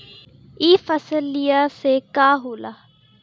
ई फसलिया से का होला?